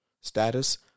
status